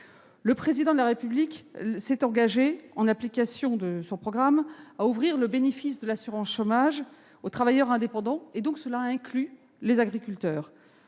Le Président de la République s'est engagé, en application de son programme, à ouvrir le bénéfice de l'assurance chômage aux travailleurs indépendants, ce qui inclut donc les agriculteurs.